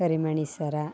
ಕರಿಮಣಿ ಸರ